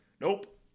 nope